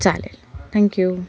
चालेल थँक्यू